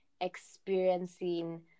experiencing